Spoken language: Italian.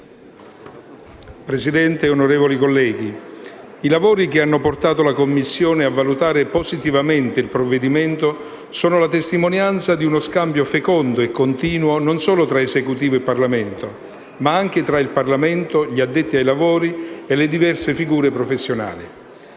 Presidente, onorevoli colleghi, i lavori che hanno portato la Commissione a valutare positivamente il provvedimento sono la testimonianza di uno scambio fecondo e continuo non solo tra Esecutivo e Parlamento, ma anche tra Parlamento, addetti ai lavori e le diverse figure professionali.